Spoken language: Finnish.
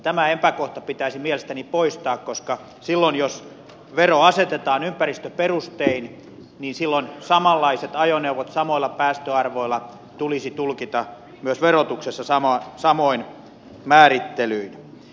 tämä epäkohta pitäisi mielestäni poistaa koska jos vero asetetaan ympäristöperustein niin silloin samanlaiset ajoneuvot samoilla päästöarvoilla tulisi tulkita myös verotuksessa samoin määrittelyin